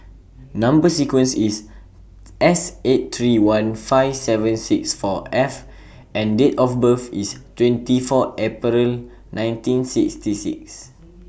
Number sequence IS S eight three one five seven six four F and Date of birth IS twenty four April nineteen sixty six